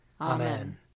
Amen